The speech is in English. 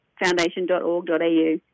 Foundation.org.au